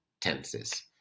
tenses